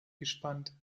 gespannt